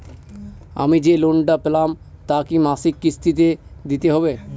আমি যে লোন টা পেলাম তা কি মাসিক কিস্তি তে দিতে হবে?